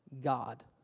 God